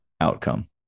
outcome